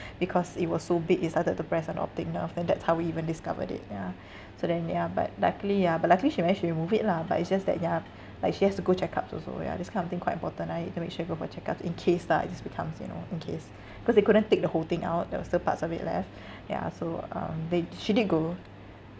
because it was so big it started to press on the optic nerve and that's how we even discovered it yeah so then ya but luckily ya but luckily she managed to remove it lah but it's just that ya like she has to go checkups also ya this kind of thing quite important right so make sure you go for checkups in case lah it just becomes you know in case cause they couldn't take the whole thing out there was still parts of it left ya so um they she did go